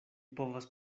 povas